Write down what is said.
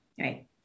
right